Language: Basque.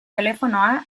telefonoa